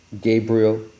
Gabriel